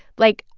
like,